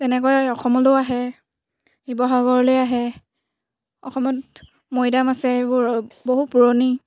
তেনেকৈ অসমলৈও আহে শিৱসাগৰলৈ আহে অসমত মৈদাম আছে এইবোৰ বহু পুৰণি